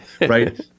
right